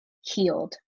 healed